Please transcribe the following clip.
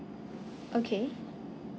okay